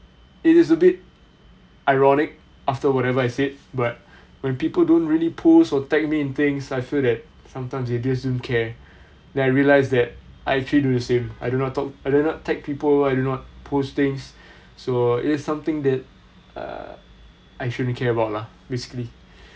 it is a bit ironic after whatever I said but when people don't really post or tag me in things I feel that sometimes he just don't care then I realize that I actually do the same I do not I do not tag people I do not post things so it is something that uh I shouldn't care about lah basically